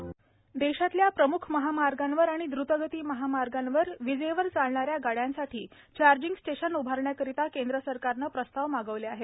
charging station देशातल्या प्रम्ख महामार्गावर आणि द्रतगती महामार्गावर विजेवर चालणाऱ्या गाड्यांसाठी चार्जिंग स्टेशन उभारण्याकरता केंद्र सरकारनं प्रस्ताव मागवले आहेत